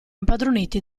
impadroniti